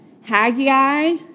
Haggai